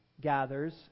gathers